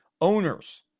owners